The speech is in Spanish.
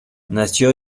nació